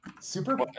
Super